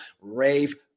rave